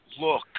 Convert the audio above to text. look